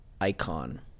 icon